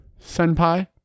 Senpai